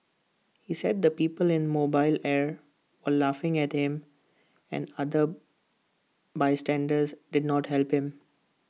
he said that the people in mobile air were laughing at him and other bystanders did not help him